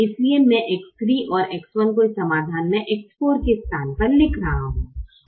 इसलिए मैं X 3 और X 1 को इस समाधान में X 4 के स्थान पर लिख रहा हूं